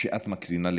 שאת מקרינה לכולנו.